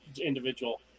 individual